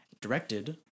directed